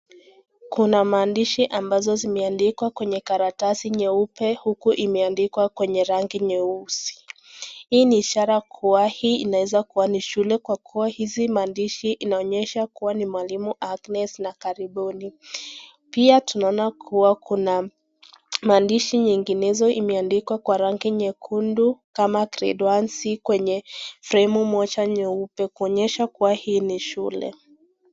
Kuna maandishi ambazo zimeandikwa kwenye karatasi nyeupe huku imeandikwa kwenye rangi nyeusi. Hii ni ishara hii inaeza kua ni shule kwa kua hizi maandishi inaonyesha kua ni mwalimu Agnes na 'Karibuni'. Pia tunaona kua kuna maandishi nyinginezo imeandikwa kwa rangi nyekundu kama Grade 1 C kwenye fremu moja nyeupe kuonyesha kua hii ni shule.